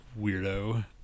Weirdo